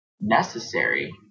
necessary